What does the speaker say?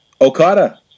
okada